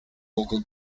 local